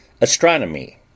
astronomy